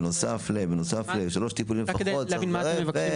בנוסף לשלושה טיפולים לפחות" וכן הלאה.